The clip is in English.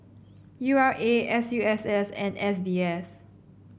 U R A S U S S and S B S